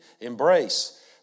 embrace